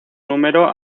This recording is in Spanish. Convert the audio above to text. número